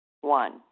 One